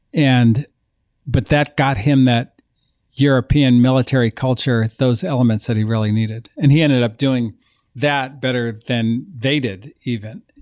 and but that got him that european military culture, those elements that he really needed. and he ended up doing that better than they did even,